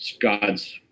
God's